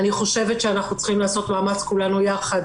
אני חושבת שאנחנו צריכים לעשות מאמץ כולנו יחד